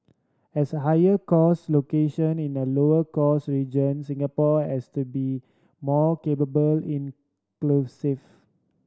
as a higher cost location in a lower cost region Singapore has to be more capable inclusive